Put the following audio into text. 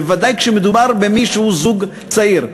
בוודאי כשמדובר בזוג צעיר.